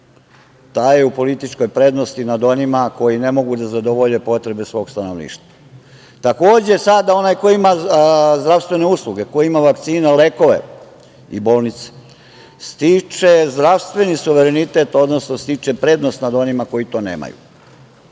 taj je u političkoj prednosti nad onima koji ne mogu da zadovolje potrebu svog stanovništva. Takođe, sad onaj koji ima zdravstvene usluge, koji ima vakcine, lekove i bolnice, stiče zdravstveni suverenitet, odnosno stiče prednost nad onima koji to nemaju.